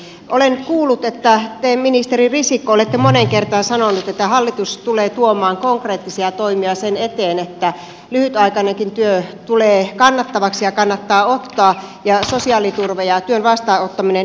olen kuullut että te ministeri risikko olette moneen kertaan sanonut että hallitus tulee tuomaan konkreettisia toimia sen eteen että lyhytaikainenkin työ tulee kannattavaksi ja kannattaa ottaa ja sosiaaliturva ja työn vastaanottaminen yhteensovitetaan